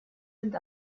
sind